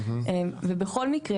ובכל מקרה,